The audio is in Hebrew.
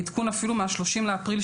עדכון אפילו מ-30 באפריל,